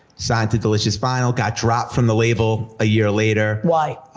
signed to delicious vinyl, got dropped from the label a year later. why?